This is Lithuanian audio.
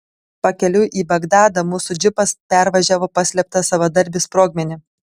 pakeliui į bagdadą mūsų džipas pervažiavo paslėptą savadarbį sprogmenį